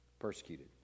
persecuted